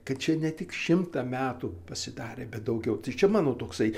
kad čia ne tik šimtą metų pasidarė bet daugiau tai čia mano toksai